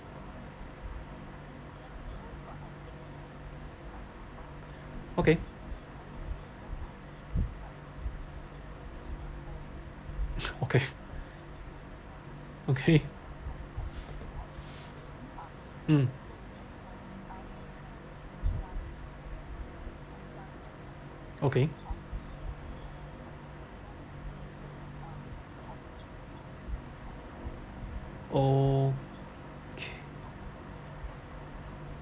ya okay okay okay um okay okay